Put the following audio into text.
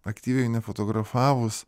aktyviai fotografavus